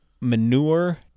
manure